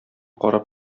карап